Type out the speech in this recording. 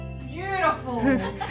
Beautiful